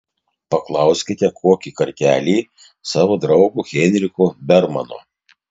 paklauskite kokį kartelį savo draugo heinricho bermano